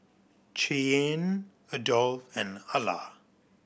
Cheyanne Adolf and Alla